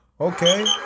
Okay